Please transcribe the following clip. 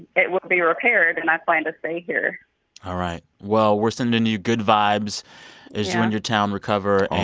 it will be repaired. and i plan to stay here all right. well, we're sending you good vibes. yeah. as you and your town recover,